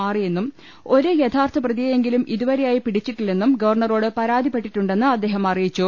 മാറി യെന്നും ഒരു യാഥാർത്ഥ പ്രതിയെയെങ്കിലും ഇതുവരെയായി പിടിച്ചില്ലെന്നും ഗവർണറോട് പരാതിപ്പെട്ടിട്ടുണ്ടെന്ന് അദ്ദേഹം അറിയിച്ചു